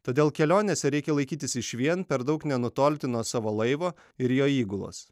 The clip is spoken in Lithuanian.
todėl kelionėse reikia laikytis išvien per daug nenutolti nuo savo laivo ir jo įgulos